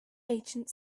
ancient